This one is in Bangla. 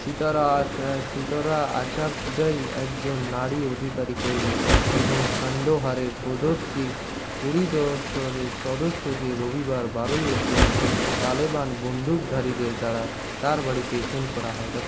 সিতারা আচা সিতারা আচাকজাই একজন নারী অধিকার কর্মী এবং কান্দাহারের প্রাদেশিক পরিষদের সদস্য কে রবিবার বারো এপ্রিল তালেবান বন্দুকধারীদের দ্বারা তার বাড়িতে খুন করা হয়